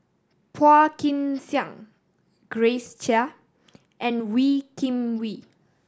Phua Kin Siang Grace Chia and Wee Kim Wee